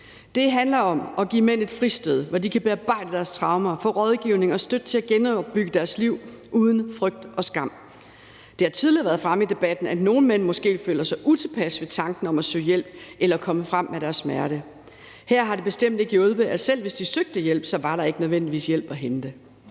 Det handler om at give mænd et fristed, hvor de kan bearbejde deres traumer og få rådgivning og støtte til at genopbygge deres liv uden frygt og skam. Det har tidligere været fremme i debatten, at nogle mænd måske føler sig utilpas ved tanken om at søge hjælp eller stå frem med deres smerte. Her har det bestemt ikke hjulpet, at selv hvis de søgte hjælp, var der ikke nødvendigvis hjælp at hente.